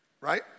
right